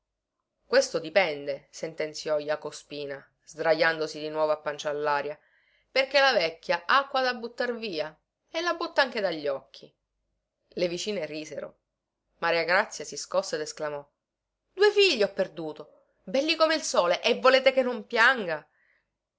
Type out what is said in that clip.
questo dipende sentenziò jaco spina sdrajandosi di nuovo a pancia allaria perché la vecchia ha acqua da buttar via e la butta anche dagli occhi le vicine risero maragrazia si scosse ed esclamò due figli ho perduto belli come il sole e volete che non pianga